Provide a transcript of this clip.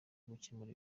gukemura